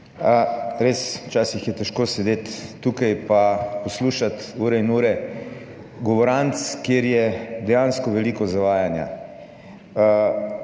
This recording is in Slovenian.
vsem! Včasih je res težko sedeti tukaj pa poslušati ure in ure govoranc, kjer je dejansko veliko zavajanja.